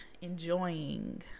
enjoying